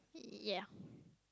yeah